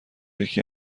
یکی